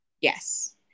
Yes